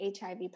HIV